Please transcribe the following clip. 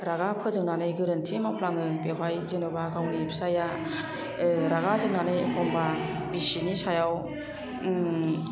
रागा फोजोंनानै गोरोन्थि मावफ्लाङो बेवहाय जेन'बा गावनि फिसाया रागा जोंनानै एखनबा बिसिनि सायाव